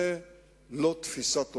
זה לא תפיסת עולמו,